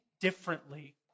differently